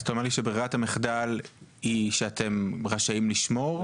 אז אתה אומר שברירת המחדל היא שאתם רשאים לשמור?